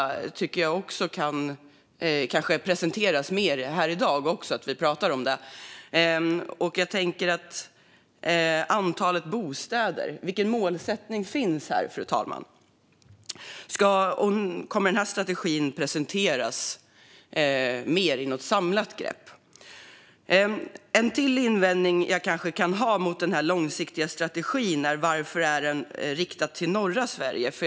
Jag tycker att det kan presenteras mer här i dag när vi pratar om det. Jag tänker också på antalet bostäder, fru talman. Vilken målsättning finns? Kommer strategin att presenteras i något mer samlat grepp? En invändning jag kan ha mot den långsiktiga strategin är att den är riktad bara till norra Sverige. Varför?